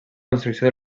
construcció